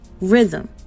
rhythm